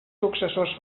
successors